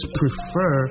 prefer